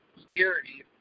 security